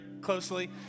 closely